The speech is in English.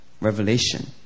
revelation